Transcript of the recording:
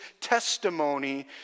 testimony